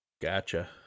gotcha